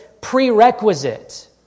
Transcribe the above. prerequisite